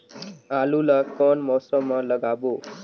आलू ला कोन मौसम मा लगाबो?